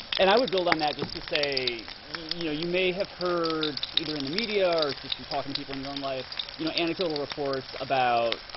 and i would build on that just to say, you may have heard either in the media or just you're talking to people in your own life you know anecdotal reports about